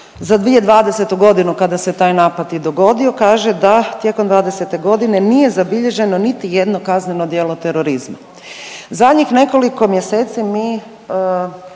za 2020. g. kada se taj napad i dogodio kaže da tijekom '20. g. nije zabilježeno niti jedno kazneno djelo terorizma. Zadnjih nekoliko mjeseci mi